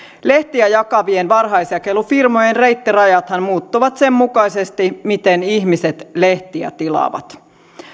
lehtiä jakavien varhaisjakelufirmojen reittirajathan muuttuvat sen mukaisesti miten ihmiset lehtiä tilaavat